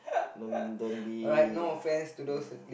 don't don't be ya ya